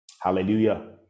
Hallelujah